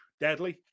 Deadly